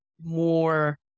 more